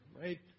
right